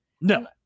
no